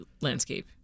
landscape